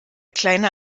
kleiner